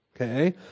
Okay